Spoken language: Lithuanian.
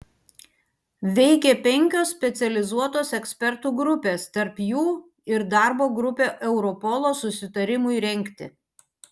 veikė penkios specializuotos ekspertų grupės tarp jų ir darbo grupė europolo susitarimui rengti